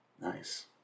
Nice